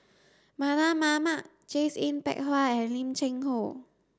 Mardan Mamat Grace Yin Peck Ha and Lim Cheng Hoe